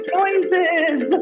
noises